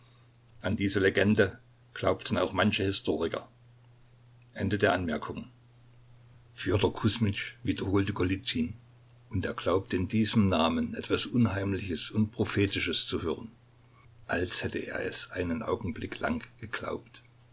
an diese legende glaubten auch manche historiker anm d übers flüsterte p pjotr mit andacht fjodor kusmitsch wiederholte golizyn und er glaubte in diesem namen etwas unheimliches und prophetisches zu hören als hätte er es einen augenblick lang geglaubt